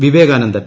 വിവേകാനന്ദൻ